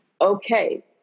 okay